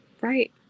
Right